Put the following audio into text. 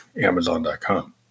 Amazon.com